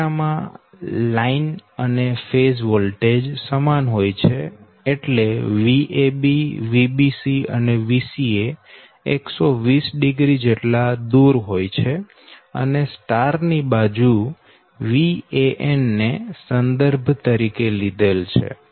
delta માં line અને phase voltage સમાન હોય છે એટલે VabVbc અને Vca 120o જેટલા દૂર હોય છે અને સ્ટાર ની બાજુ Van ને સંદર્ભ તરીકે લીધેલ છે